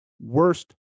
worst